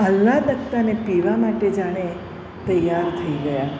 આહ્લાદકતાને પીવા માટે જાણે તૈયાર થઈ ગયા